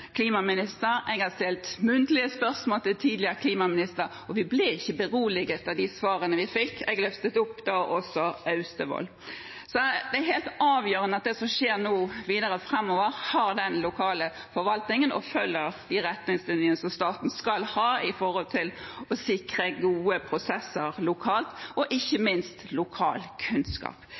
klimaminister, og jeg har stilt muntlige spørsmål til tidligere klimaminister, men vi ble ikke beroliget av de svarene vi fikk. Jeg løftet opp Austevoll, da også. Det er helt avgjørende at det som skjer videre framover, har den lokale forvaltningen og følger de retningslinjene som staten skal ha når det gjelder å sikre gode prosesser lokalt, og ikke minst at de har lokal kunnskap.